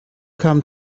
kam